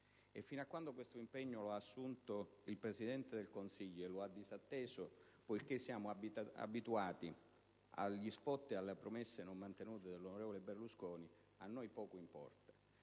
Fin quando questo impegno lo ha assunto il Presidente del Consiglio e lo ha disatteso, poiché siamo abituati agli *spot* e alle promesse non mantenute dell'onorevole Berlusconi, a noi poco importa.